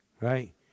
right